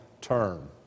term